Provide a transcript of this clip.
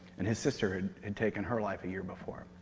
and his sister had and taken her life a year before.